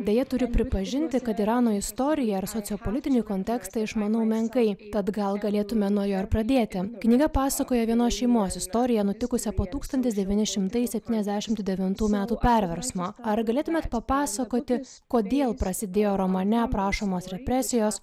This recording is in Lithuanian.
deja turiu pripažinti kad irano istoriją ir sociopolitinį kontekstą išmanau menkai tad gal galėtume nuo jo pradėti knyga pasakoja vienos šeimos istoriją nutikusią po tūkstantis devyni šimtai septyniasdešimt devintų metų perversmo ar galėtumėt papasakoti kodėl prasidėjo romane aprašomos represijos